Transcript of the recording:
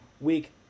Week